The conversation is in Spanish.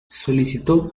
solicitó